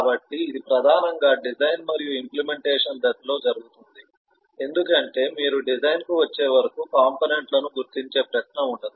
కాబట్టి ఇది ప్రధానంగా డిజైన్ మరియు ఇంప్లిమెంటేషన్ దశలో జరుగుతుంది ఎందుకంటే మీరు డిజైన్కు వచ్చే వరకు కంపోనెంట్ లను గుర్తించే ప్రశ్న ఉండదు